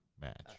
match